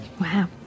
Wow